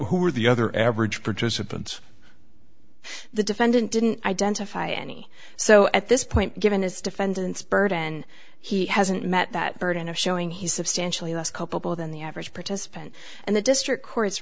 who were the other average participants the defendant didn't identify any so at this point given his defendant's burden he hasn't met that burden of showing he's substantially less culpable than the average participant and the district cour